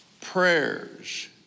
prayers